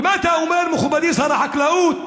ומה אתה אומר, מכובדי שר החקלאות,